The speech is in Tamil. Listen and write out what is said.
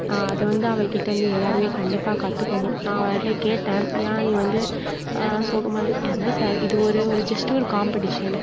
அது வந்து அவள்கிட்டேந்து எல்லாருமே கண்டிப்பாக கற்றுக்கணும் நான் அவள்கிட்ட கேட்டேன் ஏன் நீ வந்து சோகமான என்ன சார் இது ஒரே ஒரு ஜஸ்ட் ஒரு காம்பெடிஷன்